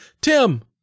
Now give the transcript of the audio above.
Tim